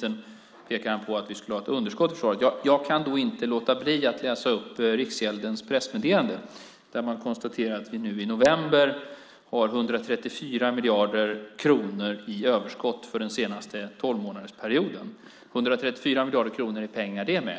Han pekar på att vi skulle ha ett underskott i försvaret. Jag kan då inte låta bli att läsa i Riksgäldens pressmeddelande där man konstaterar att vi nu i november har 134 miljarder kronor i överskott för den senaste tolvmånadersperioden. 134 miljarder kronor är pengar det med.